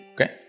okay